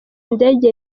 indege